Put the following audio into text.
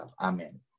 Amen